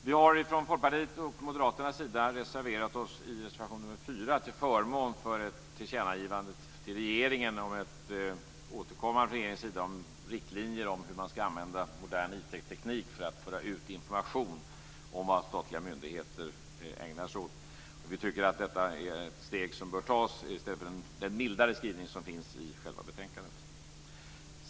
Vi har från Folkpartiets och Moderaternas sida reserverat oss i reservation 4 till förmån för ett tillkännagivande till regeringen om ett återkommande från regeringens sida om riktlinjer för hur man skall använda modern informationsteknik för att föra ut information om vad statliga myndigheter ägnar sig åt. Vi tycker att detta är ett steg som bör tas i stället för den mildare skrivning som finns i själva betänkandet.